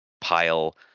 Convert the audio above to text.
pile